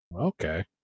okay